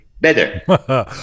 better